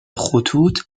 خطوط